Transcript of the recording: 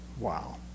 Wow